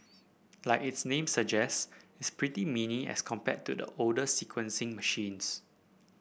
like its name suggest it's pretty mini as compared to the older sequencing machines